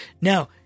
Now